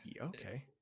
Okay